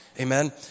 Amen